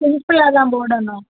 சிம்பிளாக தான் போடணும்